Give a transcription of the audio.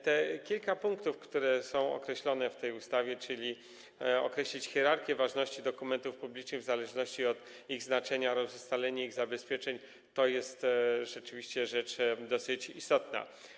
Te kilka punktów, które są określone w tej ustawie, czyli chodzi o określenie hierarchii ważności dokumentów publicznych w zależności od ich znaczenia oraz o ustalenie ich zabezpieczeń, to jest rzeczywiście rzecz dosyć istotna.